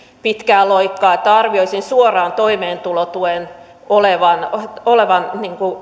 pitkää loikkaa että arvioisin suoraan toimeentulotuen olevan